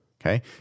Okay